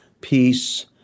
peace